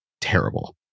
terrible